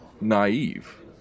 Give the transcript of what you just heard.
naive